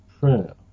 prayer